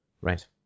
right